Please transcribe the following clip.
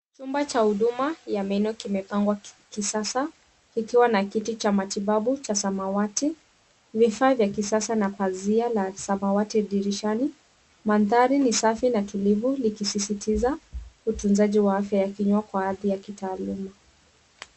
Chumba cha huduma ya meno kimepangwa kisasa kikiwa na kiti cha matibabu cha samawati , vifaa vya kisasa na pazia la samawati dirishani. Mandari ni safi na tulivu likisisitiza utunzaji wa afya ya kinyo kwa hadhi ya kitaaluma.